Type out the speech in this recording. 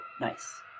nice